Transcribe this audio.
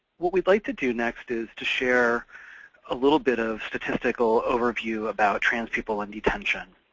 what we'd like to do next is to share a little bit of statistical overview about trans people in detention.